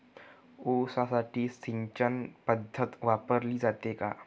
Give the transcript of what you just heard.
ऊसासाठी सिंचन पद्धत वापरली जाते का?